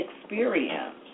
experience